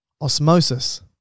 Osmosis